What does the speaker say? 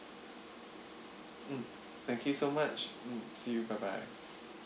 mm thank you so much mm see you bye bye